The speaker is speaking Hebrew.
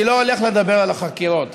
אני לא הולך לדבר על החקירות,